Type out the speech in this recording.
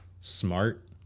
smart